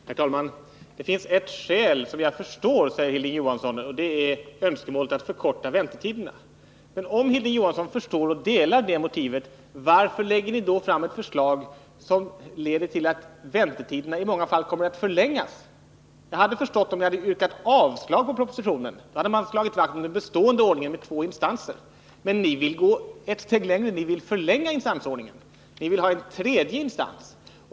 Herr talman! Det finns ett skäl som jag förstår, säger Hilding Johansson, och det är önskemålet att förkorta väntetiderna. Men om Hilding Johansson förstår och delar vår uppfattning om det motivet, varför lägger ni då fram ett förslag som leder till att väntetiderna i många fall kommer att förlängas? Jag hade förstått om ni yrkat avslag på propositionen — då hade man slagit vakt om den bestående ordningen med två instanser. Men ni vill gå ett steg längre, ni vill förlänga instansordningen, ni vill ha en tredje instans.